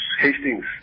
Hastings